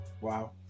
Wow